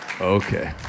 Okay